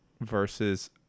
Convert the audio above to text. versus